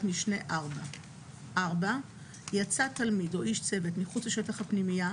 משנה (4); יצא תלמיד או איש צוות מחוץ לשטח הפנימייה,